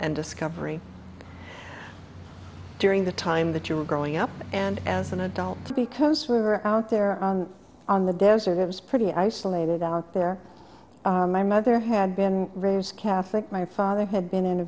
and discovery during the time that you were growing up and as an adult because we were out there on the desert it was pretty isolated out there my mother had been raised catholic my father had